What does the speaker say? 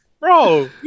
Bro